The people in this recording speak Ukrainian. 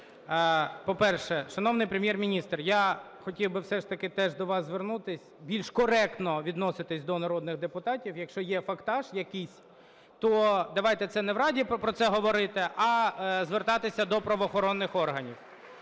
По-перше, шановний Прем'єр-міністре, я хотів би все ж таки теж до вас звернутись більш коректно відноситись до народних депутатів. Якщо є фактах якійсь, то давайте не в Раді про це говорити, а звертатися до правоохоронних органів.